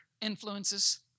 influences